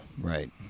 Right